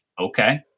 Okay